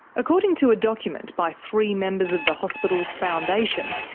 according to a document by three members of the hospital's foundation,